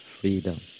freedom